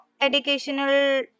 educational